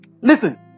listen